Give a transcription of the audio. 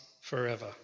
forever